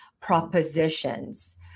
propositions